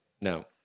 No